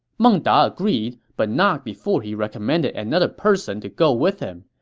meng da agreed, but not before he recommended another person to go with him.